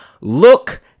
Look